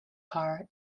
are